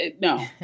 no